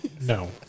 No